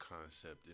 concept